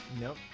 nope